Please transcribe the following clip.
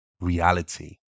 reality